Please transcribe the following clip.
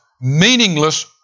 meaningless